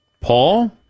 Paul